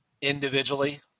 individually